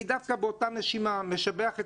אני דווקא באותה נשימה משבח את